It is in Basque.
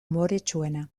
umoretsuena